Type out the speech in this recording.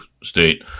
State